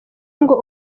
ngo